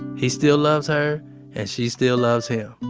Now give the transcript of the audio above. he still loves her and she still loves him.